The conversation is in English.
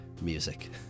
music